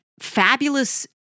fabulous